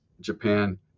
Japan